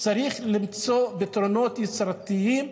צריך למצוא פתרונות יצירתיים,